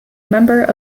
member